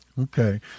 Okay